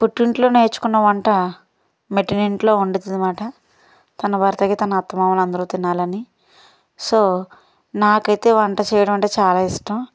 పుట్టింట్లో నేర్చుకున్న వంట మెట్టినింట్లో వండుతామనమాట తన భర్తకి తన అత్తమామలందరూ తినాలని సో నాకు అయితే వంట చేయడం అంటే చాలా ఇష్టం